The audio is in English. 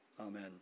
Amen